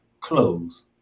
Close